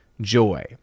joy